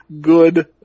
good